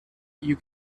you